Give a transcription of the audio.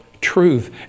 truth